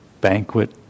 banquet